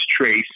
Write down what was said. Trace